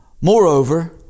Moreover